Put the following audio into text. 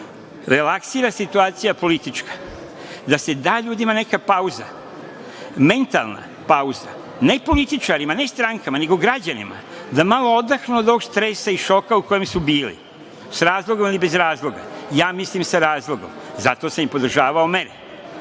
se relaksira situacija politička, da se da ljudima neka pauza, mentalna pauza, ne političarima, ne strankama, nego građanima, da malo odahnu od ovog stresa i šoka u kojem su bili sa razlogom ili bez razloga. Ja mislim sa razlogom. Zato sam i podržavao mere.